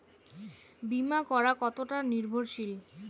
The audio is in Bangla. বীমা করা কতোটা নির্ভরশীল?